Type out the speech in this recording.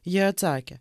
ji atsakė